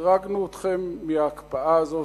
החרגנו אתכם מההקפאה הזאת,